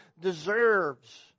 deserves